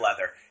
leather